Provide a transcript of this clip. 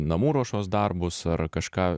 namų ruošos darbus ar kažką